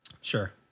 Sure